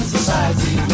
Society